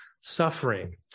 suffering